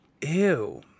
Ew